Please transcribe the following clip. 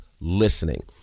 listening